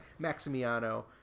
Maximiano